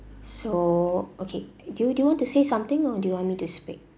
so okay do you do you want to say something or do you want me to speak